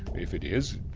if it is,